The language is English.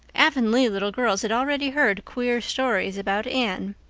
avonlea little girls had already heard queer stories about anne.